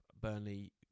Burnley